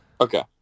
Okay